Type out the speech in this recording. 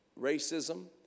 racism